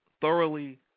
thoroughly